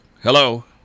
Hello